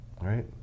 right